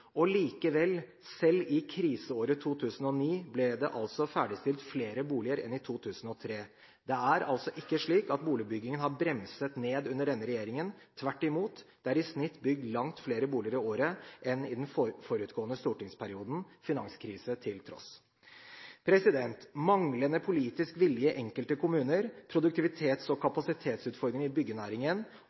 Og likevel: Selv i kriseåret 2009 ble det altså ferdigstilt flere boliger enn i 2003. Det er altså ikke slik at boligbyggingen har bremset ned under denne regjeringen, tvert imot. Det er i snitt bygd langt flere boliger i året enn i den forutgående stortingsperioden, finanskrise til tross. Manglende politisk vilje i enkelte kommuner, produktivitets- og kapasitetsutfordringer i byggenæringen,